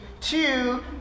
Two